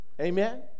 Amen